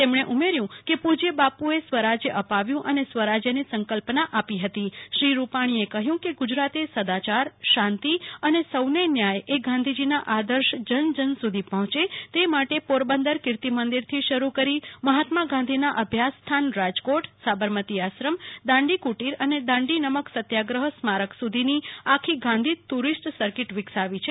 તેમણે ઉમેર્યું કે પ્ર જ્યબાપુએ સ્વરાજ્ય અપાવ્યું અને સ્વરાજ્યની સંકલ્પના આપી હતી શ્રી રૂપાણીએ કહ્યું કે ગુજરાતે સદાયાર શાંતિ અને સૌને ન્યાયએ ગાંધીજીના આદર્શ જન જન સુધી પહોંચે તે માટે પોરબંદર કિર્તિ મંદિરથી શરૂકરી મહાત્મા ગાંધીના અભ્યાસ સ્થાન રાજકોટ સાબરમતી આશ્રમ દાંડી કુટીર અને દાંડી નમક સત્યાગ્રહ સ્મારક સુધીની આખી ગાંધી ટુરિસ્ટ સર્કિટ વિકસાવી છે